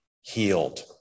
healed